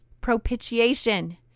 propitiation